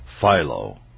Philo